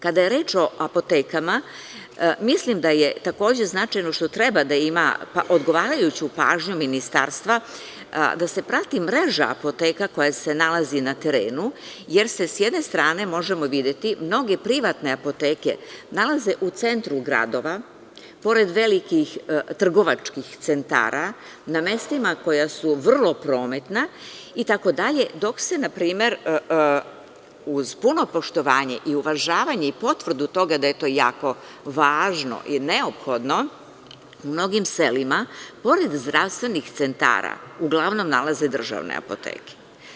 Kada je reč o apotekama, mislim da je takođe značajno, što treba da ima odgovarajuću pažnju ministarstva, da se prati mreža apoteka koja se nalazi na terenu, jer se sa jedne strane, možemo videti, mnoge privatne apoteke nalaze u centru gradova, pored velikih trgovačkih centara, na mestima koja su vrlo prometna itd, dok se, na primer, uz puno poštovanje u uvažavanje i potvrdu toga da je to jako važno i neophodno, u mnogim selima pored zdravstvenih centara uglavnom nalaze državne apoteke.